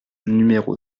numéro